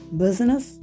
business